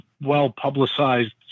well-publicized